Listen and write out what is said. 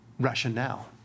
rationale